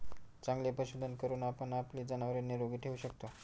चांगले पशुपालन करून आपण आपली जनावरे निरोगी ठेवू शकतो